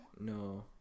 no